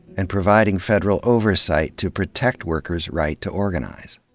and providing federal oversight to protect workers' right to organize.